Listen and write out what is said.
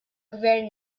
gvern